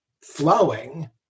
flowing